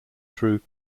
through